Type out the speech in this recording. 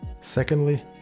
Secondly